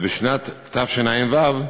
ובשנת תשע"ו